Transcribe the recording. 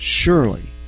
surely